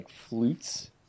flutes